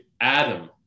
Adam